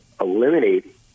eliminate